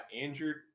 injured